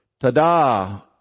Tada